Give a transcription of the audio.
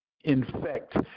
infect